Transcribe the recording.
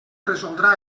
resoldrà